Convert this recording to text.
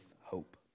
hope